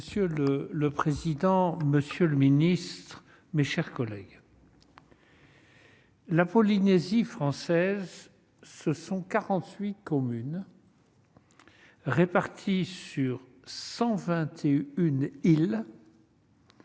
Monsieur le président, monsieur le ministre, mes chers collègues, la Polynésie française, ce sont 48 communes réparties sur 121 îles,